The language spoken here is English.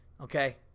Okay